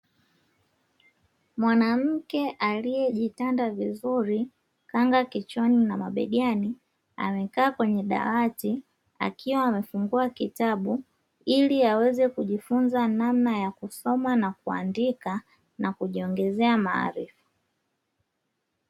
Mwanamke aliye jitanda vizuri kanga kichwani na mabegani, amekaa kwenye dawati akiwa amefungua kitabu ili aweze kujifunza namna ya kusoma na kuandika na kujiongezea maarifa.